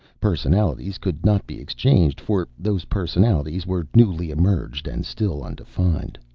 personalities could not be exchanged, for those personalities were newly emerged and still undefined.